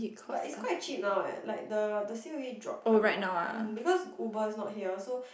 but it's quite cheap now eh like the the c_o_e drop quite a lot mm because Uber is not here so